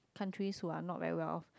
countries who are not very well off